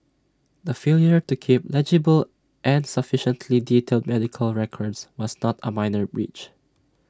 the failure to keep legible and sufficiently detailed medical records was not A minor breach